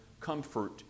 comfort